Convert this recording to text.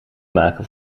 maken